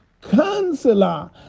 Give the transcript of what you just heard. Counselor